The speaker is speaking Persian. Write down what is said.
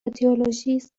رادیولوژیست